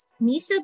Misha